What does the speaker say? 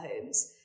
homes